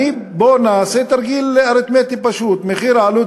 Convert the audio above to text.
בוא נעשה תרגיל אריתמטי פשוט: מחיר עלות